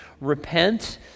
repent